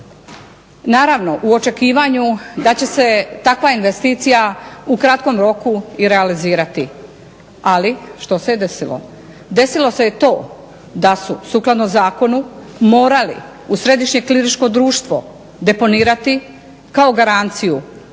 Naravno, u očekivanju da će se takva investicija u takvom roku i realizirati. Ali što se je desilo? Desilo se je to da su sukladno zakonu morali u središnje …/Govornica se ne razumije./… deponirati kao garanciju